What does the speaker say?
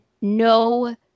no